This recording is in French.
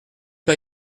pas